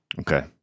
Okay